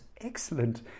excellent